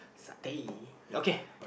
satay okay